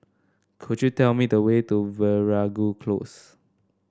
could you tell me the way to Veeragoo Close